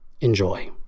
Enjoy